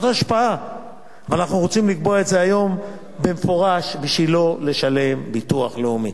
אנחנו רוצים לקבוע את זה היום במפורש כדי שלא לשלם ביטוח לאומי,